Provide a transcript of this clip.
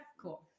cool